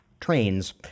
trains